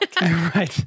Right